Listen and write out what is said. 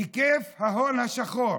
היקף ההון השחור: